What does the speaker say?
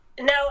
No